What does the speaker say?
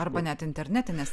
arba net internetines